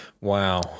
wow